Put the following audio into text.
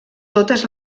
totes